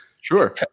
sure